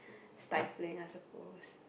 stifling I suppose